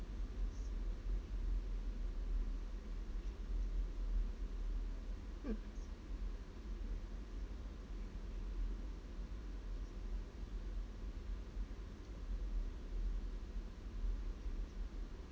mm